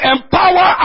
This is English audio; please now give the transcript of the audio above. Empower